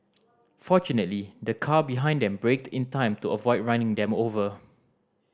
fortunately the car behind them braked in time to avoid running them over